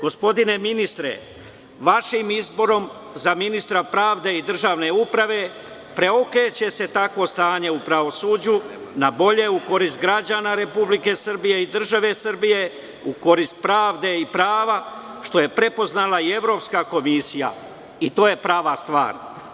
Gospodine ministre, vašim izborom za ministra pravde i državne uprave preokreće se takvo stanje u pravosuđu na bolje, u korist građana Republike Srbije i države Srbije, u korist pravde i prava, što je prepoznala i Evropska komisija i to je prava stvar.